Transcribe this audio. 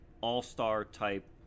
all-star-type